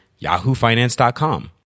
yahoofinance.com